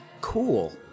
cool